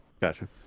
Gotcha